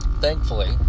Thankfully